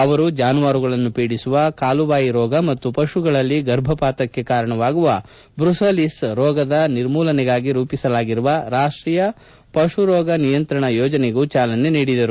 ಅವರು ಜಾನುವಾರುಗಳನ್ನು ಪೀಡಿಸುವ ಕಾಲು ಬಾಯಿ ರೋಗ ಮತ್ತು ಪಶುಗಳಲ್ಲಿ ಗರ್ಭಪಾತಕ್ಕೆ ಕಾರಣವಾಗುವ ಬ್ರುಸೆಲ್ಲೋಸಿಸ್ ರೋಗದ ನಿರ್ಮೂಲನೆಗಾಗಿ ರೂಪಿಸಲಾಗಿರುವ ರಾಷ್ಷೀಯ ಪಶುರೋಗ ನಿಯಂತ್ರಣ ಯೋಜನೆಗೂ ಚಾಲನೆ ನೀಡಿದರು